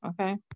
okay